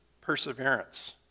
perseverance